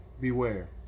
Beware